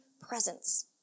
presence